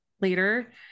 later